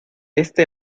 este